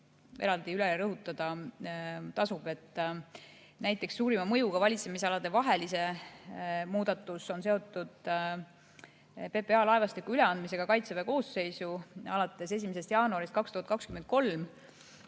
eraldi üle rõhutada tasub. Näiteks suurima mõjuga valitsemisaladevaheline muudatus on seotud PPA laevastiku üleandmisega Kaitseväe koosseisu alates 1. jaanuarist 2023.